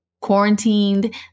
quarantined